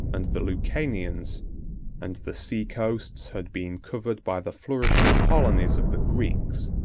and the lucanians and the sea-coasts had been covered by the flourishing colonies of the greeks.